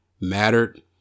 mattered